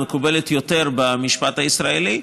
המקובלת יותר במשפט הישראלי,